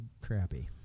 crappy